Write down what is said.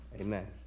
Amen